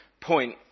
point